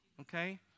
Okay